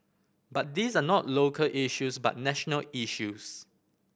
but these are not local issues but national issues